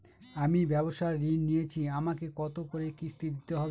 আমি ব্যবসার ঋণ নিয়েছি আমাকে কত করে কিস্তি দিতে হবে?